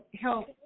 help